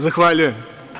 Zahvaljujem.